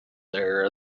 there